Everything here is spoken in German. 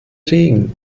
regen